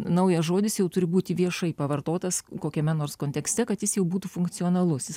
naujas žodis jau turi būti viešai pavartotas kokiame nors kontekste kad jis jau būtų funkcionalus